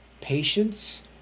patience